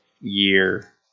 year